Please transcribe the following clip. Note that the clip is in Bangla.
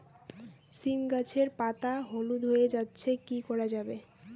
সীম গাছের পাতা হলুদ হয়ে যাচ্ছে কি করা যাবে?